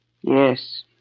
Yes